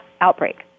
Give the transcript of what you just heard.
outbreak